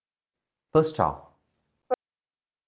first child